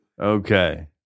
Okay